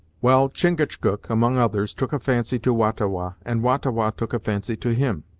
well, chingachgook, among others, took a fancy to wah-ta-wah, and wah-ta-wah took a fancy to him.